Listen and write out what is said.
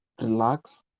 relax